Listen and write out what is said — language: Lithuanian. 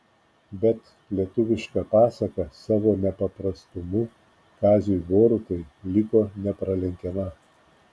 bet lietuviška pasaka savo nepaprastumu kaziui borutai liko nepralenkiama